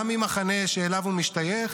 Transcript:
גם ממחנה שאליו הוא משתייך,